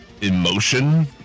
emotion